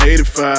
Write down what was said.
85